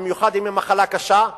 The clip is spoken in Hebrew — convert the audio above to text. במיוחד אם זו מחלה קשה,